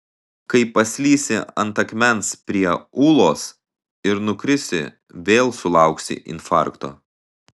kai paslysi ant akmens prie ūlos ir nukrisi vėl sulauksi infarkto